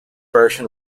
version